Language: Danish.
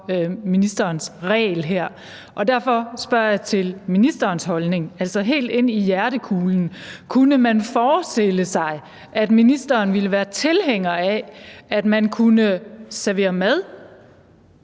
ministerens regel her. Derfor spørger jeg til ministerens holdning, altså helt inde i hjertekulen: Kunne man forestille sig, at ministeren ville være tilhænger af, at man kunne servere mad,